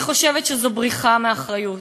אני חושבת שזו בריחה מאחריות.